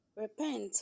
Repent